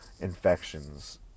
infections